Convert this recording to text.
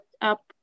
up